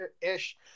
ish